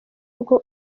bwo